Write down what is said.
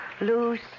loose